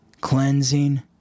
cleansing